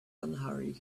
unhurried